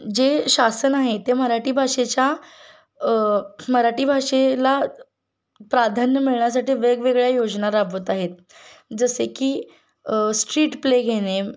जे शासन आहे ते मराठी भाषेच्या मराठी भाषेला प्राधान्य मिळण्यासाठी वेगवेगळ्या योजना राबवत आहेत जसे की स्ट्रीट प्ले घेणे